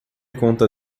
conta